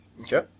okay